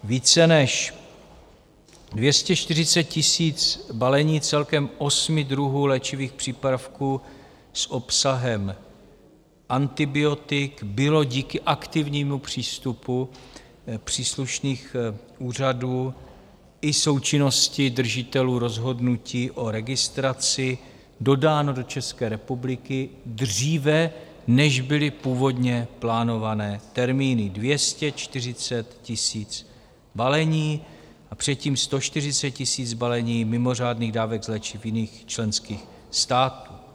Více než 240 000 balení celkem osmi druhů léčivých přípravků s obsahem antibiotik bylo díky aktivnímu přístupu příslušných úřadů i součinnosti držitelů rozhodnutí o registraci dodáno do České republiky dříve, než byly původně plánované termíny 240 000 balení a předtím 140 000 balení mimořádných dávek léčiv jiných členských států.